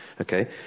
Okay